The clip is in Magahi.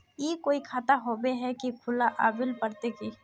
ई कोई खाता होबे है की खुला आबेल पड़ते की?